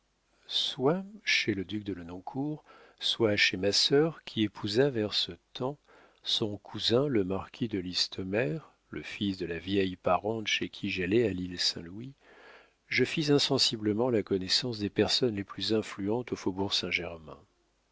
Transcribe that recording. soit chez le duc de lenoncourt soit chez ma sœur qui épousa vers ce temps son cousin le marquis de listomère le fils de la vieille parente chez qui j'allais à l'île saint-louis je fis insensiblement la connaissance des personnes les plus influentes au faubourg saint-germain